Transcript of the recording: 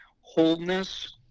wholeness